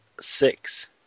six